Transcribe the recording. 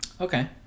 Okay